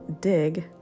dig